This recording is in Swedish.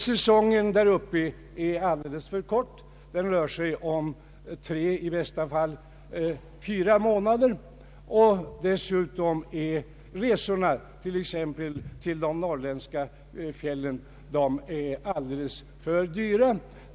Säsongen där uppe är alldeles för kort — den rör sig om tre, i bästa fall fyra månader. Dessutom är resorna, t.ex. till de norrländska fjällen, alltför dyra.